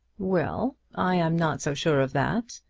well i am not so sure of that.